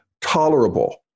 tolerable